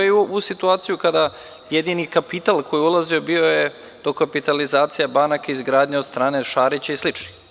U ovu situaciju kada jedini kapital koji je ulazio je bio dokapitalizacija banaka, izgradnja od strane Šarića i slično.